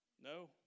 No